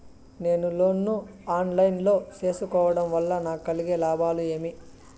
నేను లోను ను online లో సేసుకోవడం వల్ల నాకు కలిగే లాభాలు ఏమేమీ?